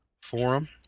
forum